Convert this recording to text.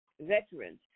veterans